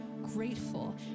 Grateful